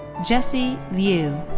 jesse liu.